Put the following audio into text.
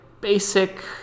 basic